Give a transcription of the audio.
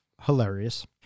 hilarious